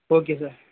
okay sir